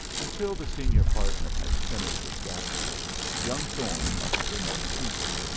until the senior partner has finished with gaskell young thorne must remain seated.